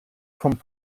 vom